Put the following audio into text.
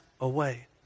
away